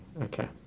Okay